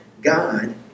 God